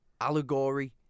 allegory